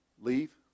leave